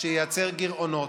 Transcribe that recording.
שייצר גירעונות.